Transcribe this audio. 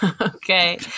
Okay